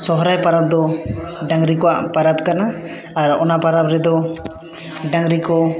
ᱥᱚᱦᱚᱨᱟᱭ ᱯᱚᱨᱚᱵᱽ ᱫᱚ ᱰᱟᱹᱝᱨᱤ ᱠᱚᱣᱟᱜ ᱯᱚᱨᱚᱵᱽ ᱠᱟᱱᱟ ᱟᱨ ᱚᱱᱟ ᱯᱚᱨᱚᱵ ᱨᱮᱫᱚ ᱰᱟᱹᱝᱨᱤ ᱠᱚ